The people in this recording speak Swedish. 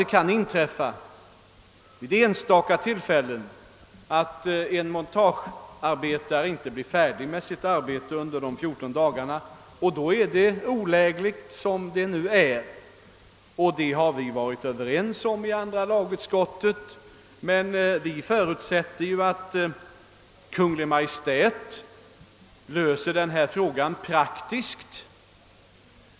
Det är klart att det vid enstaka tillfällen kan inträffa att en montagearbetare inte blir färdig med sitt arbete under de 14 dagarna, och då är det olägligt att ha det som nu. Detta har vi varit överens om i andra lagutskottet, men vi förutsätter att Kungl. Maj:t löser denna fråga praktiskt.